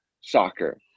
soccer